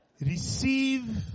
Receive